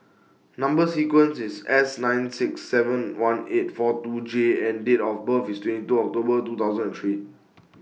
Number sequence IS S nine six seven one eight four two J and Date of birth IS twenty two October two thousand and three